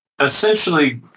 Essentially